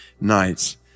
nights